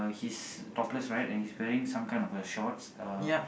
he's topless right and he's wearing some kind of a shorts uh